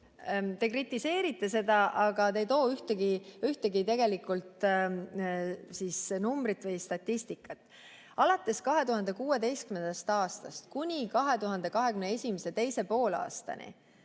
Te kritiseerite seda, aga te ei too ühtegi numbrit või statistikat. Alates 2016. aastast kuni 2021. aasta teise poolaastani